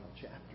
chapter